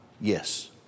Yes